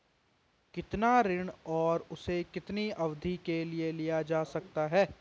कितना ऋण और उसे कितनी अवधि के लिए लिया जा सकता है?